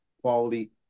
quality